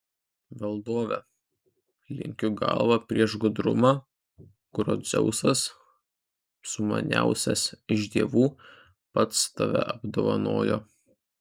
valdove lenkiu galvą prieš gudrumą kuriuo dzeusas sumaniausias iš dievų pats tave apdovanojo